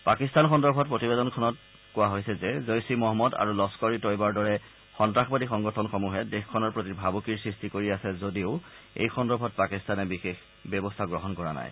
পাকিস্তানৰ সন্দৰ্ভত প্ৰতিবেদনখনত কৈছে যে জেইচ ই মহম্মদ আৰু লস্কৰ ই তৈয়বাৰ লেখিয়া সন্তাসবাদী সংগঠনসমূহে দেশখনৰ প্ৰতি ভাবুকিৰ সৃষ্টি কৰি আছে এই সন্দৰ্ভত পাকিস্তানে বিশেষ ব্যৱস্থা গ্ৰহণ কৰা নাই